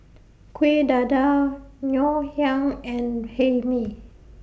Kueh Dadar Ngoh Hiang and Hae Mee